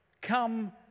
come